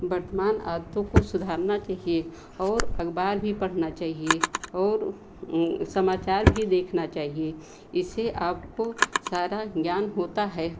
वर्तमान आदतों को सुधारना चहिए और अखबार भी पढ़ना चाहिए और समाचार भी देखना चाहिए इससे आपको सारा ज्ञान होता है